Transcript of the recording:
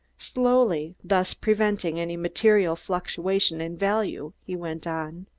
slowly, thus preventing any material fluctuation in value, he went on.